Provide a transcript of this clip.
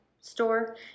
store